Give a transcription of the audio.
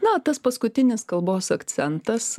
na tas paskutinis kalbos akcentas